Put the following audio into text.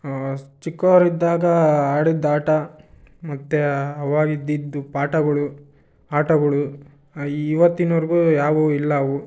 ಚಿಕ್ಕೋವ್ರು ಇದ್ದಾಗ ಆಡಿದ ಆಟ ಮತ್ತು ಅವಾಗ ಇದ್ದಿದ್ದ ಪಾಠಗಳು ಆಟಗಳು ಇವತ್ತಿನವರ್ಗೂ ಯಾವುವೂ ಇಲ್ಲ ಅವು